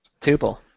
Tuple